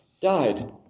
died